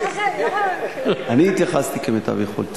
אני התייחסתי כמיטב יכולתי.